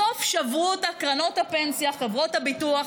בסוף שברו אותה קרנות הפנסיה, חברות הביטוח.